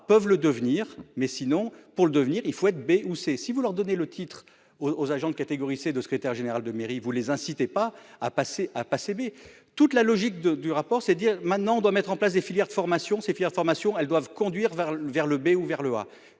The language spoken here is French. peuvent le devenir. Mais sinon pour le devenir, il faut être B ou C si vous leur donnez le titre aux agents de catégorie C de secrétaire général de mairie vous les incitez pas à passer à passer mais toute la logique de du rapport c'est dire maintenant on doit mettre en place des filières de formation, formation, elles doivent conduire vers le vers le B